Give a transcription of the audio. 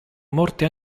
morte